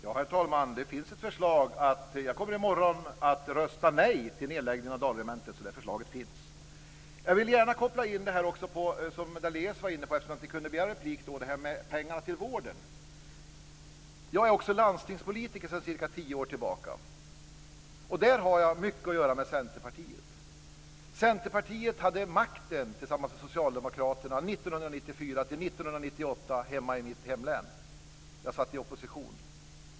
Herr talman! Det finns ett förslag. Jag kommer i morgon att rösta nej till nedläggning av Dalregementet. Förslaget finns. Jag vill gärna koppla till det som Lennart Daléus sade tidigare när jag inte kunde begära replik, nämligen pengar till vården. Jag är sedan tio år tillbaka landstingspolitiker. Där har jag mycket att göra med Centerpartiet. Centerpartiet hade makten tillsammans med Socialdemokraterna 1994-1998 i mitt hemlän. Jag satt i opposition.